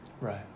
Right